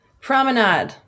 Promenade